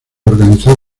organizar